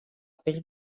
pell